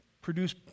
Produce